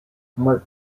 marc